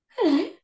hello